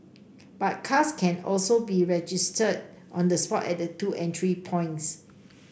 but cars can also be registered on the spot at the two entry points